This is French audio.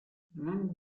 vingt